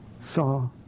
saw